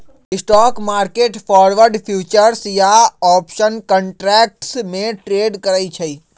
stock market forward, futures या option contracts में trade करई छई